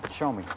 but show me,